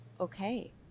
okay